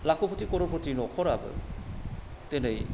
लाख'पथि कर'रपथि न'खराबो दिनै